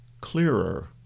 clearer